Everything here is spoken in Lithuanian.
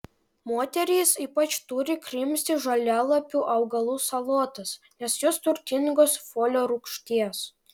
moterys ypač turi krimsti žalialapių augalų salotas nes jos turtingos folio rūgšties